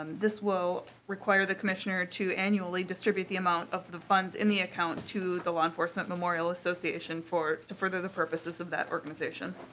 um this will require the commissioner to annually distribute the amount of the funds in the account to the law enforcement memorial association to further the purposes of that organization.